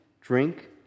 drink